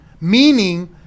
meaning